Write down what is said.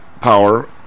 power